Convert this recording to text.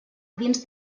dins